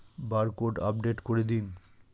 Barcode update করে দিন?